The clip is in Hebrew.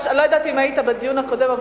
אני לא יודעת אם היית בדיון הקודם,